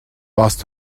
warst